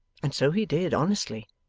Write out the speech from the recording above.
and so he did honestly,